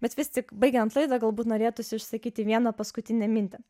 bet vis tik baigiant laidą gal būt norėtųsi išsakyti vieną paskutinę mintį